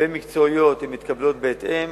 ומקצועיות הן מתקבלות בהתאם.